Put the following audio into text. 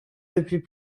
depuis